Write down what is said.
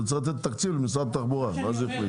אני צריך לתת תקציב למשרד התחבורה, מה זה החליט,